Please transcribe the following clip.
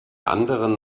anderen